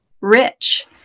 rich